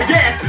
Yes